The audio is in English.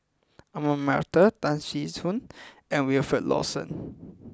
Ahmad Mattar Tan Tee Suan and Wilfed Lawson